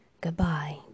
Goodbye